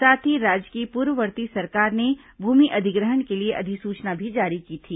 साथ ही राज्य की पूर्ववर्ती सरकार ने भूमि अधिग्रहण के लिए अधिसूचना भी जारी की थी